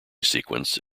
sequence